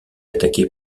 attaqué